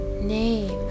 name